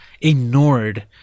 ignored